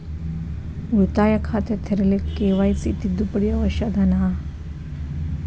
ಉಳಿತಾಯ ಖಾತೆ ತೆರಿಲಿಕ್ಕೆ ಕೆ.ವೈ.ಸಿ ತಿದ್ದುಪಡಿ ಅವಶ್ಯ ಅದನಾ?